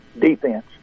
defense